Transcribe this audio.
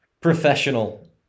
professional